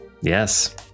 yes